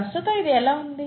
ప్రస్తుతం ఇది ఎలా ఉంది